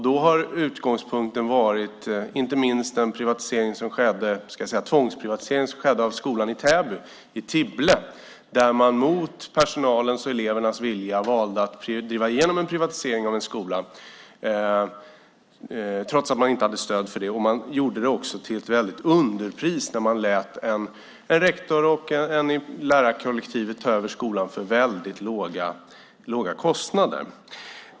Då har utgångspunkten varit inte minst den tvångsprivatisering som skedde av skolan i Täby, i Tibble, där man mot personalens och elevernas vilja valde att driva igenom en privatisering av en skola. Man gjorde det till ett underpris när man lät en rektor och en i lärarkollektivet ta över skolan för en låg kostnad.